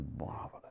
marvelous